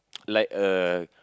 like a